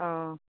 অঁ